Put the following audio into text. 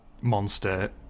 monster-